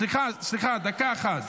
סליחה, דקה אחת.